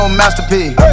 masterpiece